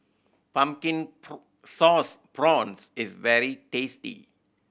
Pumpkin Sauce Prawns is very tasty